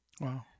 Wow